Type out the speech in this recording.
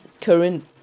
current